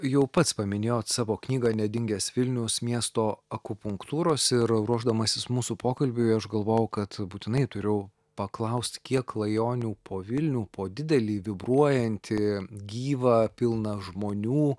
jau pats paminėjot savo knygą nedingęs vilnius miesto akupunktūros ir ruošdamasis mūsų pokalbiui aš galvojau kad būtinai turiu paklaust kiek klajonių po vilnių po didelį vibruojantį gyvą pilną žmonių